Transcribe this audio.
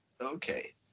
okay